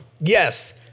Yes